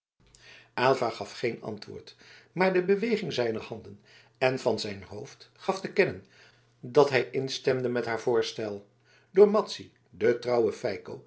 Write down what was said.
aylva gaf geen antwoord maar de beweging zijner handen en van zijn hoofd gaf te kennen dat hij stemde in haar voorstel door madzy den trouwen